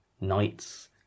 knights